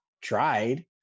tried